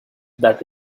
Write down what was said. that